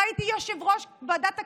ראיתי את יושב-ראש ועדת הכלכלה,